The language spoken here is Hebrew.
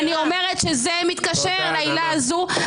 אני אומרת שזה מתקשר לעילה הזאת,